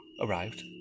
arrived